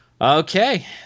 Okay